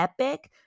epic